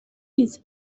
نیست